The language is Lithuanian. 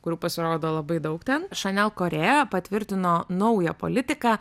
kurių pasirodo labai daug ten šanel korėja patvirtino naują politiką